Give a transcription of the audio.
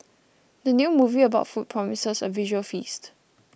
the new movie about food promises a visual feast